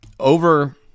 Over